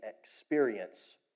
experience